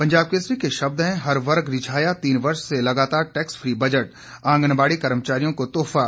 पंजाब केसरी के शब्द हैं हर वर्ग रिझाया तीन वर्ष से लगातार टैक्स फ्री बजट आंगनबाड़ी कर्मचारियों को तोहफा